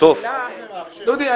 השאלה --- דודי,